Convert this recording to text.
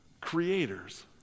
creators